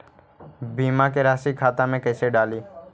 बीमा के रासी खाता में कैसे डाली?